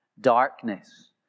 Darkness